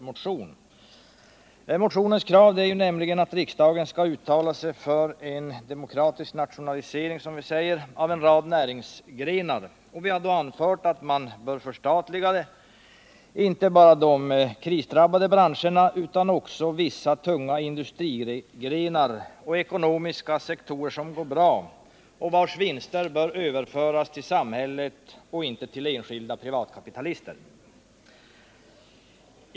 Motionens krav är nämligen att riksdagen skall uttala sig för en demokratisk nationalisering, som vi säger, av en rad näringsgrenar, och vi har då anfört att man bör förstatliga inte bara de krisdrabbade branscherna utan också vissa tunga industrigrenar och ekonomiska sektorer som går bra och vars vinster bör överföras till samhället och inte till enskilda privatkapitalister.